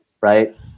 right